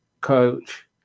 coach